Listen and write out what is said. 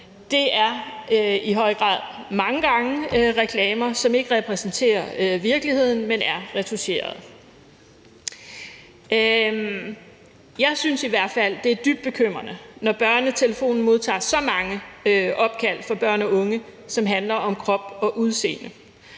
Det er i høj grad og mange gange reklamer, som ikke repræsenterer virkeligheden, men som er retoucheret. Jeg synes i hvert fald, at det er dybt bekymrende, når BørneTelefonen modtager så mange opkald, som handler om krop og udseende,